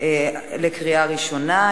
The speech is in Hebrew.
קריאה ראשונה.